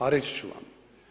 A reći ću vam.